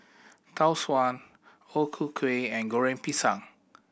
Tau Suan O Ku Kueh and Goreng Pisang